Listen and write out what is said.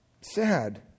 Sad